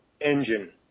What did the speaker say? Engine